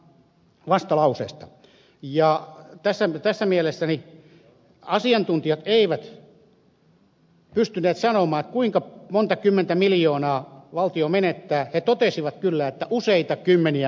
tässä mielessä asiantuntijat eivät pystyneet sanomaan kuinka monta kymmentä miljoonaa valtio menettää he totesivat kyllä että useita kymmeniä miljoonia euroja